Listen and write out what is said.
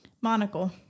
Monocle